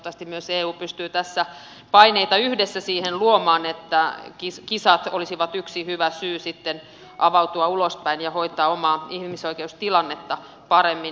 toivottavasti myös eu pystyy tässä paineita yhdessä siihen luomaan että kisat olisivat yksi hyvä syy avautua ulospäin ja hoitaa omaa ihmisoikeustilannetta paremmin